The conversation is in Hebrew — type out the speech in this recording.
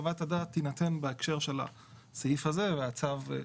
השבחה והחבות הרגילה כמובן ללא שום אבחנה.